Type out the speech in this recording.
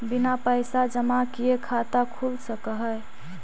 बिना पैसा जमा किए खाता खुल सक है?